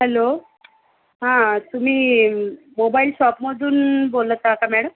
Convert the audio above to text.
hello हां तुम्ही mobile शॉपमधून बोलत आहात का मॅडम